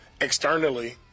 externally